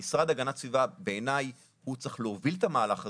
המשרד להגנת הסביבה הוא זה שבעיניי צריך להוביל את המהלך הזה,